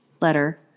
letter